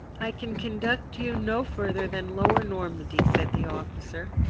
i can conduct you no further than lower normandy, said the officer.